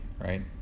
right